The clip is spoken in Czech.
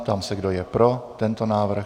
Ptám se, kdo je pro tento návrh.